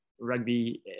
rugby